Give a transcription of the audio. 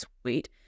sweet